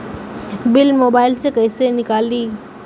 Bill mobile से कईसे निकाली?